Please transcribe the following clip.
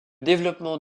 développement